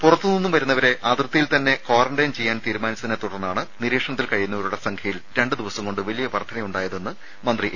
പുറത്തുനിന്നും വരുന്നവരെ അതിർത്തിയിൽ തന്നെ ക്വാറന്റൈൻ ചെയ്യാൻ തീരുമാനിച്ചതിനെ തുടർന്നാണ് നിരീക്ഷണത്തിലുള്ളവരുടെ സംഖ്യയിൽ രണ്ടുദിവസം കൊണ്ട് വലിയ വർദ്ധനവ് ഉണ്ടായതെന്ന് മന്ത്രി എ